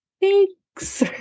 Thanks